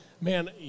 man